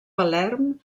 palerm